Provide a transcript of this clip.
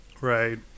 right